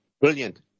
brilliant